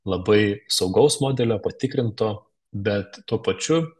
labai saugaus modelio patikrinto bet tuo pačiu